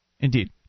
Indeed